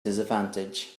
disadvantage